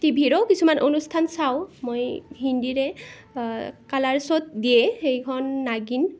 টিভিৰো কিছুমান অনুষ্ঠান চাওঁ মই হিন্দীৰে কালাৰচত দিয়ে সেইখন নাগিন